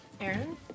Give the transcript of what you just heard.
Aaron